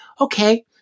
okay